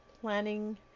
planning